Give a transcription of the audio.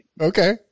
okay